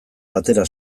batera